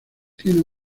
tiene